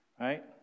Right